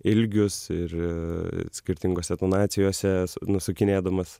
ilgius ir skirtingose tonacijose nusukinėdamas